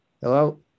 hello